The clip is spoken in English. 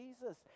Jesus